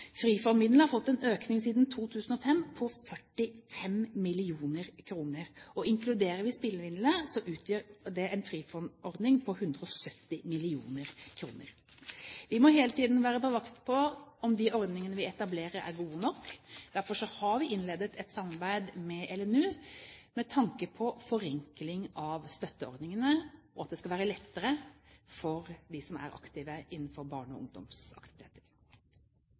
har fått en økning siden 2005 på 45 mill. kr. Inkluderer vi spillemidlene, utgjør det en Frifond-ordning på 170 mill. kr. Vi må hele tiden være på vakt for om de ordningene vi etablerer, er gode nok. Derfor har vi innledet et samarbeid med Landsrådet for Norges barne- og ungdomsorganisasjoner, LNU, med tanke på forenkling av støtteordningene, og at det skal være lettere for dem som er aktive innenfor barne- og